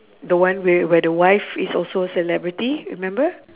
the one wi~ where the wife is also a celebrity remember